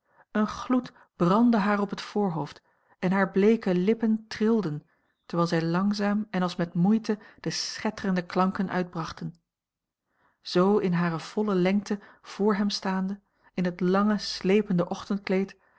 een gloed brandde haar op het voorhoofd en hare bleeke lippen trilden terwijl zij langzaam en als met moeite de schetterende klanken uitbrachten zoo in hare volle lengte voor hem staande in het lange slepende